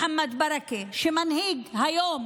שמנהיג היום